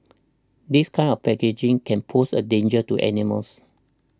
this kind of packaging can pose a danger to animals